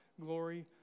glory